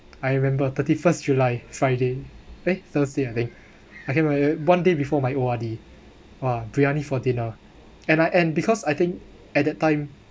I remember thirty first july friday eh thursday I think okay never mind one day before my O_R_D !wah! briyani for dinner and I and because I think at that time